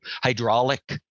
hydraulic